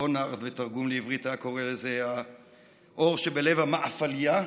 קונרד בתרגום לעברית היה קורא לזה האור שבלב המאפליה,